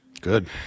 Good